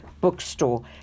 bookstore